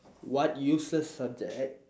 what useless subject